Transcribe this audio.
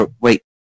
wait